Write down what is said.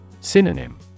Synonym